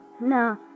No